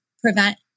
prevent